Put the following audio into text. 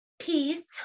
peace